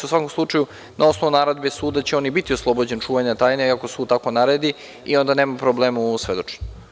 U svakom slučaju, na osnovu naredbe suda će on biti oslobođen čuvanja tajne ako sud tako naredi i onda nema problema u ovom svedočenju.